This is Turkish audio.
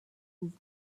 otuz